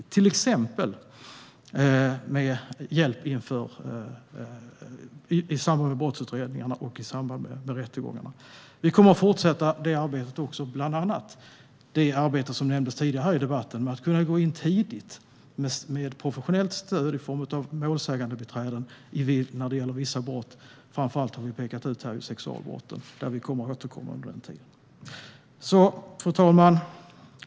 Det handlar till exempel om hjälp i samband med brottsutredningar och rättegångar. Vi kommer att fortsätta detta arbete, bland annat med det som nämndes tidigare här i debatten om att kunna gå in tidigt med professionellt stöd i form av målsägandebiträden när det gäller vissa brott. Vi har framför allt pekat ut sexualbrotten, där vi kommer att återkomma. Fru talman!